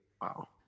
Wow